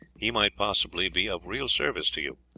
he might possibly be of real service to you.